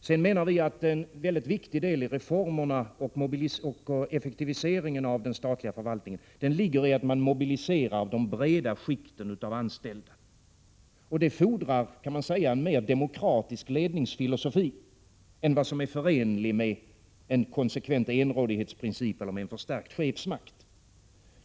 Vidare menar vi att en viktig del i reformerna och effektiviseringen av den statliga förvaltningen ligger i att man mobiliserar de breda skikten av anställda. Detta fordrar i sin tur en mer demokratisk ledningsfilosofi än vad som är förenlig med den konsekventa enrådighetsprincipen och en förstärkt chefsmakt.